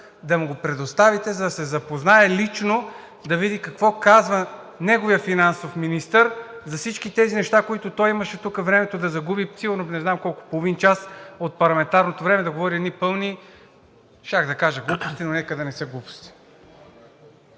да му го предоставите, за да се запознае лично и да види какво казва неговият финансов министър за всички тези неща, за които той имаше времето да загуби, сигурно – не знам колко, половин час от парламентарното време, за да говори едни пълни… щях да кажа глупости, но нека да не са глупости.